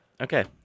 Okay